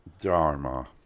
Dharma